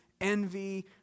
envy